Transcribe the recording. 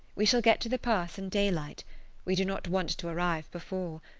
we shall get to the pass in daylight we do not want to arrive before.